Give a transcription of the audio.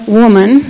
woman